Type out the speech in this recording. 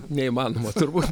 neįmanoma turbūt